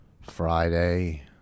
Friday